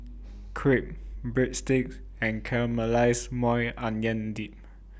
Crepe Breadsticks and Caramelized Maui Onion Dip